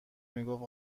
میگفت